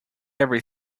every